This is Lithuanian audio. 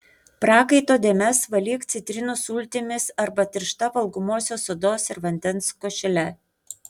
prakaito dėmes valyk citrinų sultimis arba tiršta valgomosios sodos ir vandens košele